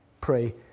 pray